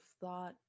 thought